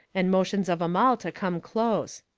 and motions of em all to come close.